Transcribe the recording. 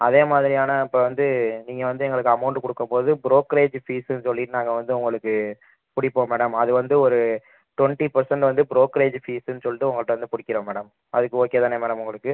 அதே மாதிரியான இப்போ வந்து நீங்கள் வந்து எங்களுக்கு அமௌண்ட் கொடுக்கும் போது ப்ரோக்கரேஜ் ஃபீஸ்ஸுனு சொல்லிவிட்டு நாங்கள் வந்து உங்களுக்கு பிடிப்போம் மேடம் அது வந்து ஒரு டொண்ட்டி பர்சன்ட் வந்து ப்ரோக்கரேஜ் ஃபீஸ்ஸுனு சொல்லிட்டு உங்கள்கிட்ட வந்து பிடிக்கிறோம் மேடம் அதுக்கு ஓகே தானே மேடம் உங்களுக்கு